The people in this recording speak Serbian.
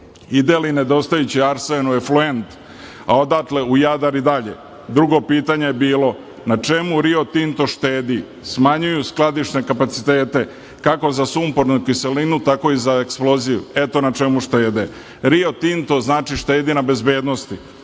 ide li nedostajući arsen u efluent, a odatle u Jadar i dalje? Drugo pitanje je bilo – na čemu „Rio Tinto“ štedi? Smanjuju skladišne kapacitete, kako za sumpornu kiselinu, tako i za eksploziju. Eto na čemu štede. „Rio Tinto“, znači, štedi na bezbednosti.